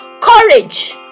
courage